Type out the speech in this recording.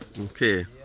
okay